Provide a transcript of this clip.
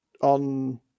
on